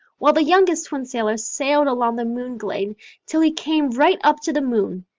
well, the youngest twin sailor sailed along the moonglade till he came right up to the moon,